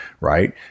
right